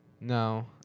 No